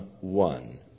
one